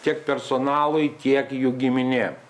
tiek personalui tiek jų giminėm